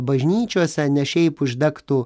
bažnyčiose ne šiaip uždegtų